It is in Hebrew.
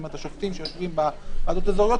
כלומר השופטים שיושבים בוועדות האזוריות,